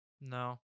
no